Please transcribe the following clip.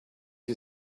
you